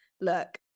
look